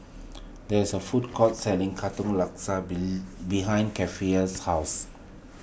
there is a food court selling Katong Laksa behind Keifer's house